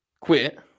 quit